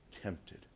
tempted